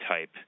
type